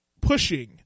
pushing